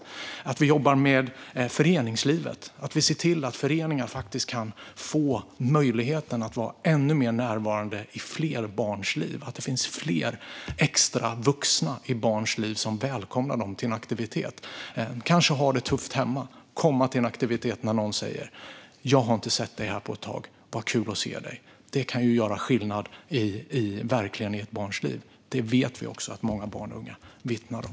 Vi behöver jobba med föreningslivet och se till att föreningar får möjlighet att vara ännu mer närvarande i fler barns liv och att det finns fler extra vuxna i barns liv som välkomnar dem till en aktivitet. Att barn som har det tufft hemma får komma till en aktivitet där någon säger "Jag har inte sett dig här på ett tag, vad kul att se dig!" kan verkligen göra skillnad i ett barns liv. Detta vet vi att många barn och unga vittnar om.